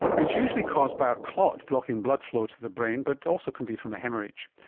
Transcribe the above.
it's usually caused by a clot blocking blood flow to the brain, but also can be from a haemorrhage.